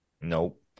Nope